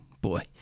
Boy